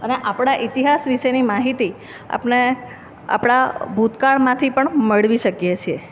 અને આપણા ઇતિહાસ વિશેની માહિતી આપણે આપણા ભૂતકાળમાંથી પણ મેળવી શકીએ છીએ